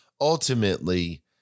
Ultimately